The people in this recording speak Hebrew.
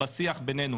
בשיח בינינו